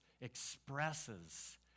expresses